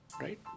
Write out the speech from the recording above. right